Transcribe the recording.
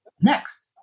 next